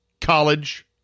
College